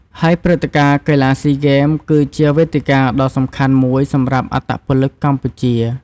ហើយព្រឹត្តិការណ៍កីឡាស៊ីហ្គេមគឺជាវេទិកាដ៏សំខាន់មួយសម្រាប់អត្តពលិកកម្ពុជា។